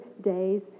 days